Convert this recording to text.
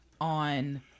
on